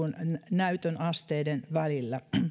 näytön asteiden välillä